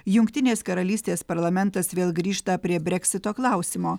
jungtinės karalystės parlamentas vėl grįžta prie breksito klausimo